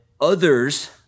others